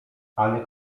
ale